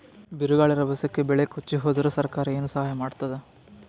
ಬಿರುಗಾಳಿ ರಭಸಕ್ಕೆ ಬೆಳೆ ಕೊಚ್ಚಿಹೋದರ ಸರಕಾರ ಏನು ಸಹಾಯ ಮಾಡತ್ತದ?